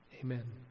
Amen